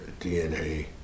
DNA